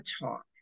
Talk